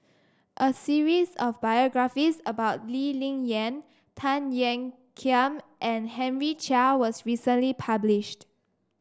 a series of biographies about Lee Ling Yen Tan Ean Kiam and Henry Chia was recently published